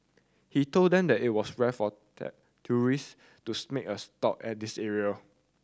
he told them that it was rare for tourist to make a stop at this area